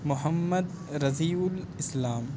محمد رضی الاسلام